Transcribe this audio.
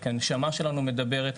כי הנשמה שלנו מדברת,